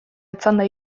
etzanda